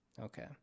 Okay